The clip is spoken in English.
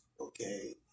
okay